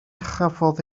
chafodd